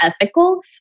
ethical